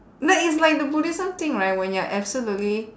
like it's like the buddhism thing right when you're absolutely